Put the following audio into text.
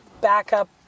backup